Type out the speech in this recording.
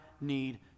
need